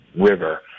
river